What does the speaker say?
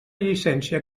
llicència